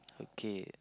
okay